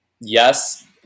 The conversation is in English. yes